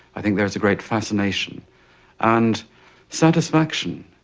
i think there's a great fascination and satisfaction,